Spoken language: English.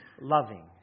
Loving